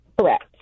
Correct